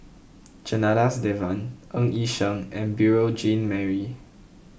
Janadas Devan Ng Yi Sheng and Beurel Jean Marie